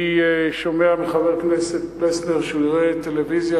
אני שומע מחבר הכנסת פלסנר שהוא יראה טלוויזיה,